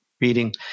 reading